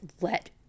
let